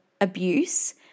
abuse